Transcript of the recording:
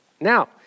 Now